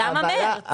למה מרץ?